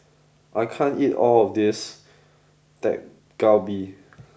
I can't eat all of this Dak Galbi